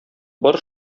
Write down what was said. бар